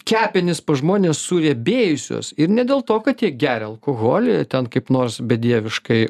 kepenys pas žmones suriebėjusios ir ne dėl to kad jie geria alkoholį ten kaip nors bedieviškai